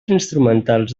instrumentals